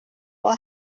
ohr